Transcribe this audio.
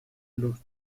los